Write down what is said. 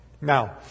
Now